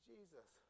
Jesus